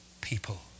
People